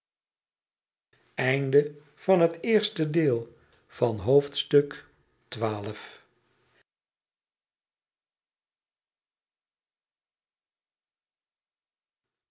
hoofdstuk van het eerste deel van het